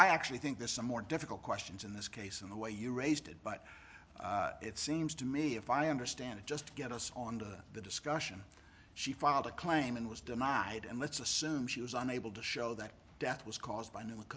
i actually think there's some more difficult questions in this case in the way you raised it but it seems to me if i understand it just get us on to the discussion she filed a claim and was denied and let's assume she was unable to show that death was caused by new